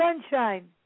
sunshine